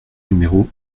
numéro